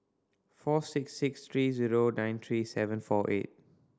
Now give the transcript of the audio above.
four six six three zero nine three seven four eight